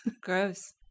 Gross